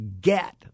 get